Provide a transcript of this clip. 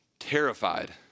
Terrified